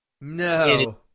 No